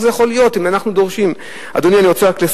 יש לנו מאות, אלפי מבנים שלא יעמדו.